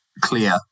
clear